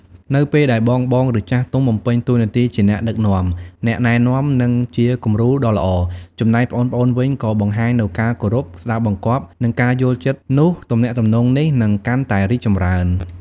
នៅពេលដែលបងៗ ឬចាស់ទុំបំពេញតួនាទីជាអ្នកដឹកនាំ អ្នកណែនាំ និងជាគំរូដ៏ល្អ ចំណែកប្អូនៗវិញក៏បង្ហាញនូវការគោរព ស្ដាប់បង្គាប់ និងការយល់ចិត្ត នោះទំនាក់ទំនងនេះនឹងកាន់តែរីកចម្រើន។